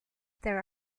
there